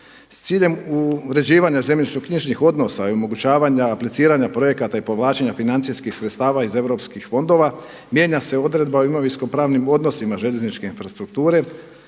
S ciljem uređivanja zemljišno-knjižnih odnosa i omogućavanja apliciranja projekata i povlačenja financijskih sredstava iz europskih fondova mijenja se odredba o imovinsko-pravnim odnosima željezničke infrastrukture.